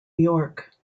york